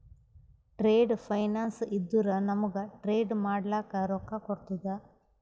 trade finance ಇದ್ದುರ ನಮೂಗ್ trade ಮಾಡ್ಲಕ ರೊಕ್ಕಾ ಕೋಡ್ತುದ